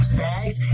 bags